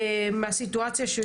ייאוש מהסיטואציה.